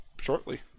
shortly